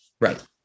right